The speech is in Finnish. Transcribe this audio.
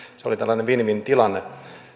se oli tällainen win win tilanne